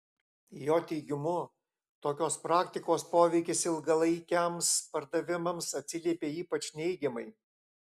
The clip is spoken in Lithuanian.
jo teigimu tokios praktikos poveikis ilgalaikiams pardavimams atsiliepia ypač neigiamai